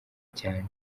cyane